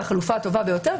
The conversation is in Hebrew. שזו החלופה הטובה ביותר.